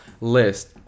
list